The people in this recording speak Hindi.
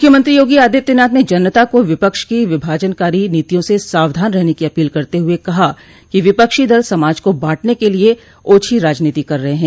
मुख्यमंत्री योगी आदित्यनाथ ने जनता को विपक्ष की विभाजनकारी नीतियों से सावधान रहने की अपील करते हुए कहा कि विपक्षी दल समाज को बांटने के लिए ओछी राजनीति कर रहे हैं